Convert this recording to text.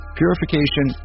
purification